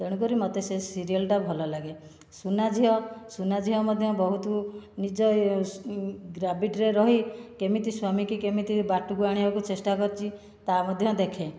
ତେଣୁକରି ମୋତେ ସେ ସିରିଏଲଟା ଭଲ ଲାଗେ ସୁନା ଝିଅ ସୁନା ଝିଅ ମଧ୍ୟ ବହୁତ ନିଜ ଗ୍ରାଭିଟିରେ ରହି କେମିତି ସ୍ୱାମୀକି କେମିତି ବାଟକୁ ଆଣିବାକୁ ଚେଷ୍ଟା କରିଛି ତାହା ମଧ୍ୟ ଦେଖେ